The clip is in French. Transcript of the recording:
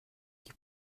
qui